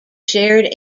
shared